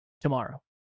tomorrow